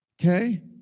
okay